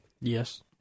Yes